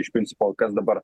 iš principo kas dabar